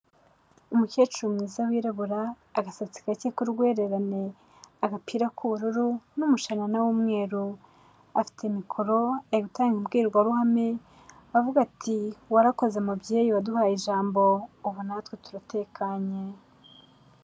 Umukecuru mwiza wirabura, agasatsi gake k'urwererane, agapira k'ubururu n'umushanana w'umweru. Afite mikoro ari gutanga imbwirwaruhame avuga ati "Warakoze mubyeyi waduhaye ijambo, ubu natwe turatekanye."